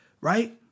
right